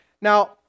Now